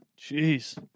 Jeez